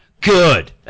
Good